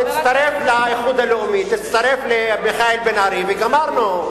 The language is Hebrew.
תצטרף לאיחוד הלאומי, תצטרף למיכאל בן-ארי וגמרנו.